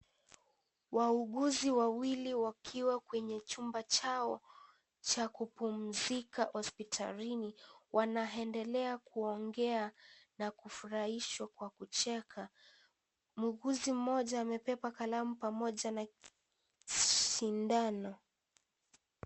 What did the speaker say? Wauguzi wawili wakiwa kwenye chumba chao cha kupumzika hospitalini. Wanaendelea kuongea na kufurahiahwa kwa kucheka. Muuguzi mmoja amebeba kalamu pamoja na sindano.